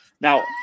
Now